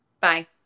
Bye